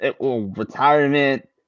retirement